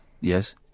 Yes